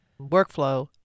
workflow